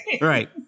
right